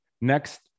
Next